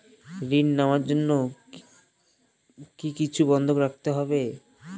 ঋণ নেওয়ার জন্য কি কিছু বন্ধক রাখতে হবে?